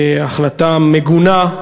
החלטה מגונה,